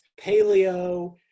paleo